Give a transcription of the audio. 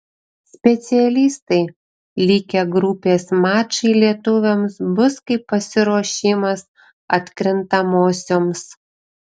specialistai likę grupės mačai lietuviams bus kaip pasiruošimas atkrintamosioms